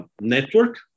network